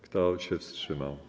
Kto się wstrzymał?